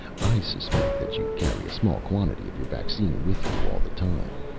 i suspect that you carry a small quantity of your vaccine with you all the time.